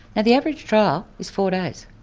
now the average trial is four days.